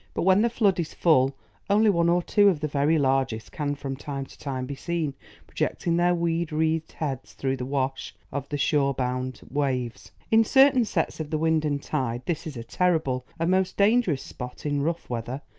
but when the flood is full only one or two of the very largest can from time to time be seen projecting their weed-wreathed heads through the wash of the shore-bound waves. in certain sets of the wind and tide this is a terrible and most dangerous spot in rough weather,